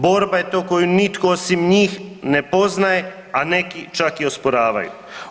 Borba je to koju nitko osim njih ne poznaje, a neki čak i osporavaju.